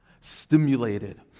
stimulated